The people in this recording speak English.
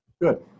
Good